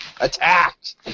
attacked